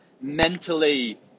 mentally